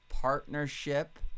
partnership